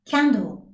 Candle